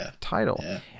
title